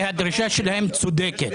והדרישה שלהם צודקת.